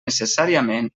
necessàriament